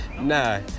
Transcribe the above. nah